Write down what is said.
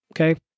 Okay